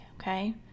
okay